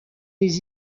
des